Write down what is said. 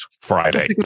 Friday